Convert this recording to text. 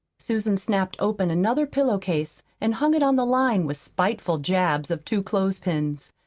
susan snapped open another pillow-case and hung it on the line with spiteful jabs of two clothespins.